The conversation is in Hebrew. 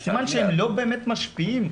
אז סימן שהם לא באמת משפיעים.